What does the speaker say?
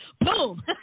Boom